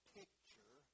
picture